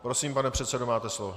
Prosím, pane předsedo, máte slovo.